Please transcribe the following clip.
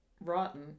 rotten